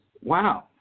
Wow